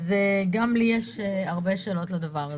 גם לי יש הרבה שאלות בנושא הזה.